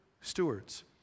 stewards